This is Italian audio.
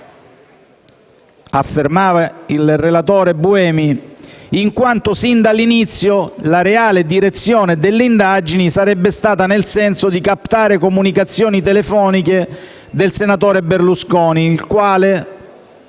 Berardi e della Guerra, in quanto sin dall'inizio la reale direzione delle indagini sarebbe stata nel senso di captare comunicazioni telefoniche del senatore Berlusconi e